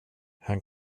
han